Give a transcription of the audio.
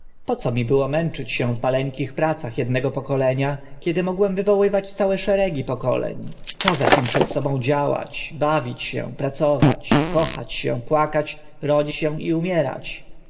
co mi było męczyć się w maleńkich pracach ednego pokolenia kiedy mogłem wywołać całe szeregi pokoleń kazać im przed sobą działać bawić się pracować kochać się płakać rodzić się i umierać